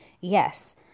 Yes